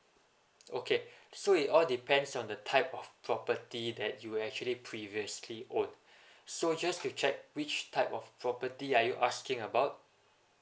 okay so it all depends on the type of property that you actually previously own so just to check which type of property are you asking about